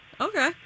Okay